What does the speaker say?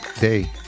day